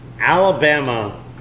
Alabama